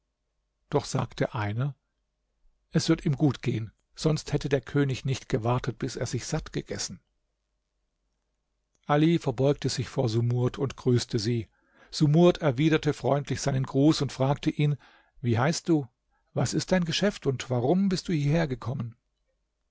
doch sagte einer es wird ihm gut gehen sonst hätte der könig nicht gewartet bis er sich satt gegessen ali verbeugte sich vor sumurd und grüßte sie sumurd erwiderte freundlich seinen gruß und fragte ihn wie heißt du was ist dein geschäft und warum bist du